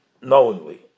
knowingly